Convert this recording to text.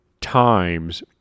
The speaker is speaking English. times